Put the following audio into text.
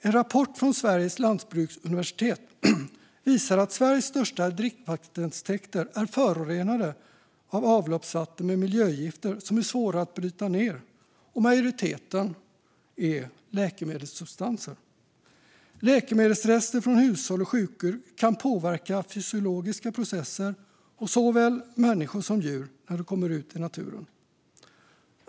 En rapport från Sveriges lantbruksuniversitet visar att Sveriges största dricksvattentäkter är förorenade av avloppsvatten med miljögifter som är svåra att bryta ned, och majoriteten är läkemedelssubstanser. Läkemedelsrester från hushåll och sjukhus kan påverka fysiologiska processer hos såväl människor som djur när de kommer ut i naturen.